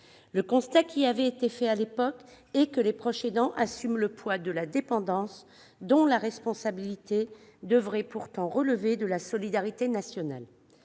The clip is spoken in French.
Le constat qui avait été fait à l'époque est que les proches aidants assument le poids de la dépendance, dont la responsabilité devrait pourtant relever de la solidarité nationale.